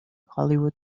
hollywood